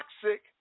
toxic